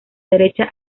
derecha